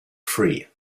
free